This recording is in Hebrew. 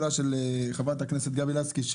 של חברת הכנסת גבי לסקי.